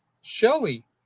Shelley